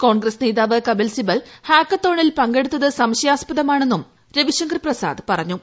Congress നേതാവ് കപിൽ സിബൽ ഹാക്കത്തോണിൽ പങ്കെടുത്തത് സംശയാസ്പദമെന്നും രവിശങ്കർ പ്രസാദ് പറഞ്ഞു